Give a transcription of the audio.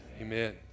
amen